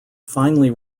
finally